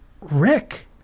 rick